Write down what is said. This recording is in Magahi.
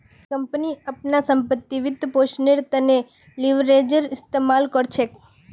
कंपनी अपनार संपत्तिर वित्तपोषनेर त न लीवरेजेर इस्तमाल कर छेक